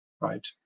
right